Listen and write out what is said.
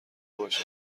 باشم